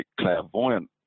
clairvoyant